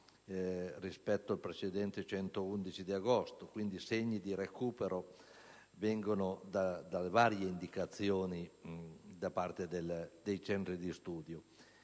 rispetto al precedente 111 di agosto; quindi, segni di recupero vengono da varie indicazioni da parte dei centri di studio: